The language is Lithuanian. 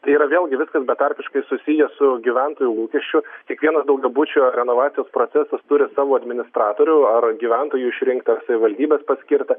tai yra vėlgi viskas betarpiškai susiję su gyventojų lūkesčiu kiekvienas daugiabučio renovacijos procesas turi savo administratorių ar gyventojų išrinktą savivaldybės paskirtą